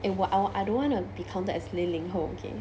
eh !wah! I wa~ I don't wanna be counted as 零零后 okay